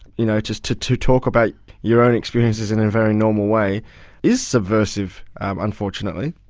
you know just to to talk about your own experiences in a very normal way is subversive, unfortunately.